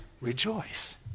rejoice